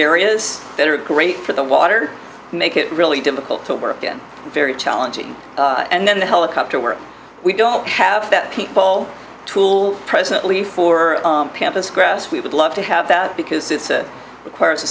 areas that are great for the water make it really difficult to work in very challenging and then the helicopter where we don't have that people tool presently for pampas grass we would love to have that because acquire a